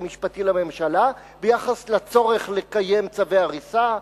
המשפטי לממשלה ביחס לצורך לקיים צווי הריסה,